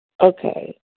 Okay